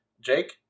Jake